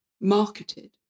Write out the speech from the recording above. marketed